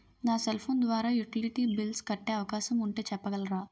నా cell phone ద్వారా utility bills కట్టే అవకాశం ఉంటే చెప్పగలరా?